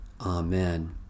Amen